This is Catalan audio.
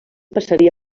passaria